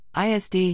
ISD